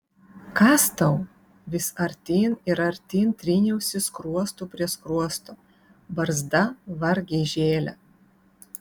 kas tau vis artyn ir artyn tryniausi skruostu prie skruosto barzda vargiai žėlė